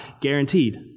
Guaranteed